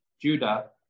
Judah